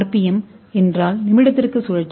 M என்றால் ஒரு நிமிடத்திற்கான சுழற்சிகள்